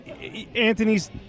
Anthony's